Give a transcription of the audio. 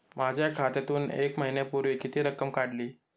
माझ्या खात्यातून एक महिन्यापूर्वी किती रक्कम काढली?